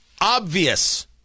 obvious